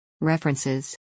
References